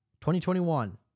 2021